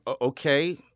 okay